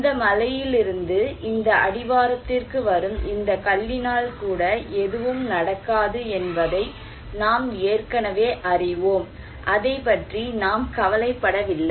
இந்த மலையிலிருந்து இந்த அடிவாரத்திற்கு வரும் இந்த கல்லினால் கூட எதுவும் நடக்காது என்பதை நாம் ஏற்கனவே அறிவோம் அதைப் பற்றி நாம் கவலைப்படவில்லை